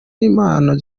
n’impano